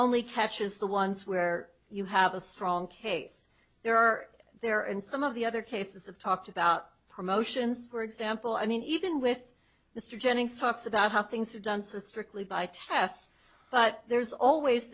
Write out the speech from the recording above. only catches the ones where you have a strong case there are there and some of the other cases of talked about promotions for example i mean even with mr jennings talks about how things are done so strictly by tests but there's always